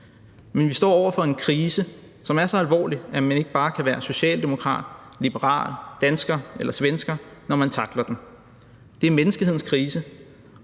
Men vi står over for en krise, som er så alvorlig, at man ikke bare kan være socialdemokrat, liberal, dansker eller svensker, når man tackler den. Det er menneskehedens krise,